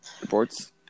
Reports